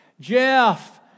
Jeff